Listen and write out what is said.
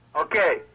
Okay